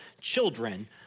children